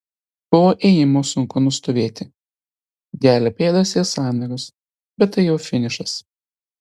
po ėjimo sunku nustovėti gelia pėdas ir sąnarius bet tai jau finišas